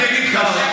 אני אגיד לך,